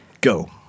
Go